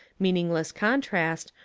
meaningless contrast,